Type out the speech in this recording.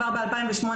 כבר ב-2008,